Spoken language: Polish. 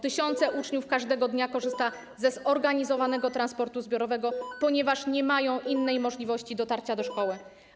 Tysiące uczniów każdego dnia korzysta ze zorganizowanego transportu zbiorowego, ponieważ nie ma innej możliwości dotarcia do szkoły.